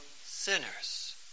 sinners